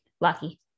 Lucky